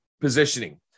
Positioning